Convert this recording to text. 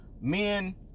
men